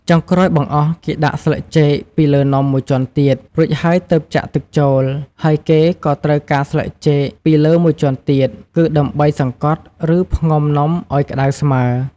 ចុងក្រោយបង្អស់ គេដាក់ស្លឹកចេកពីលើនំមួយជាន់ទៀត រួចហើយទើបចាក់ទឹកចូល ហើយគេក៏ត្រូវការដាក់ស្លឹកចេកពីលើមួយជាន់ទៀត គឺដើម្បីសង្តត់ ឬផ្ងំនំឱ្យក្តៅស្មើ។